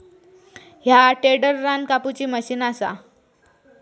ह्या टेडर रान कापुची मशीन असा